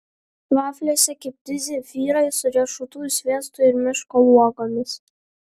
vafliuose kepti zefyrai su riešutų sviestu ir miško uogomis